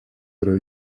yra